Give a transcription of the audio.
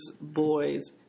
boys